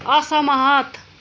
असहमत